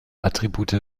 attribute